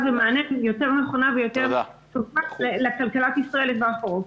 ומענה שהיא יותר נכונה ויותר טובה לכלכלת ישראל לטווח ארוך.